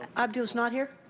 abdul is not here?